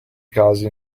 casi